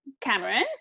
Cameron